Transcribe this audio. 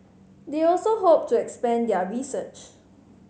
they also hope to expand their research